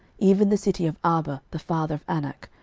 even the city of arba the father of anak,